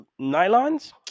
nylons